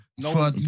No